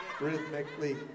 rhythmically